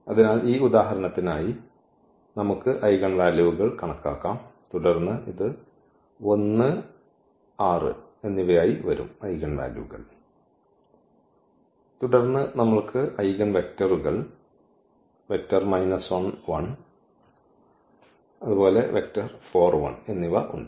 അതിനാൽ ഈ ഉദാഹരണത്തിനായി നമുക്ക് ഐഗൻവാലുവുകൾ കണക്കാക്കാം തുടർന്ന് ഇത് 1 6 ആയി വരും തുടർന്ന് നമ്മൾക്ക് ഐഗൻവെക്റ്ററുകൾ ഉണ്ട്